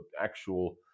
actual